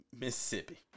Mississippi